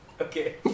Okay